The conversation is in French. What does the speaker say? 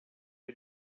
les